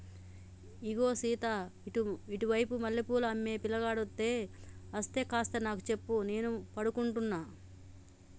ఇగో సీత ఇటు వైపు మల్లె పూలు అమ్మే పిలగాడు అస్తే కాస్త నాకు సెప్పు నేను పడుకుంటున్న